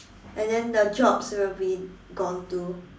and then the jobs will be gone too